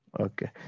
Okay